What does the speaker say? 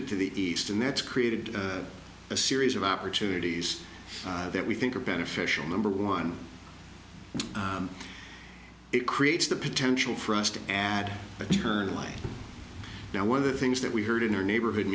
it to the east and that's created a series of opportunities that we think are beneficial number one it creates the potential for us to add a turn like now one of the things that we heard in our neighborhood